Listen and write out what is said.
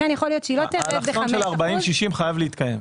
האלכסון של 40-60 חייב להתקיים.